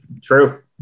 true